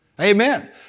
Amen